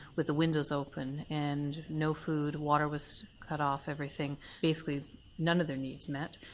with the windows open, and no food water was cut off, everything. basically none of their needs met.